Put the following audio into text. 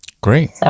Great